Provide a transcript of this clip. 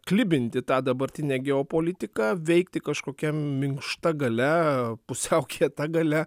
klibinti tą dabartinę geopolitiką veikti kažkokia minkšta galia pusiau kieta galia